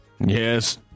yes